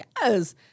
Yes